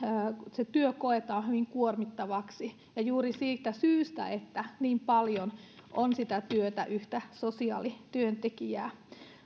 se työ koetaan hyvin kuormittavaksi ja juuri siitä syystä että niin paljon on sitä työtä yhtä sosiaalityöntekijää